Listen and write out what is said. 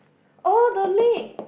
oh the link